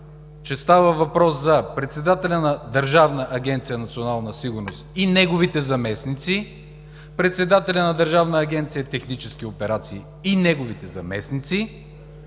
че става въпрос за: председателя на Държавна агенция „Национална сигурност“ и неговите заместници, председателя на Държавна агенция „Технически операции“ и неговите заместници…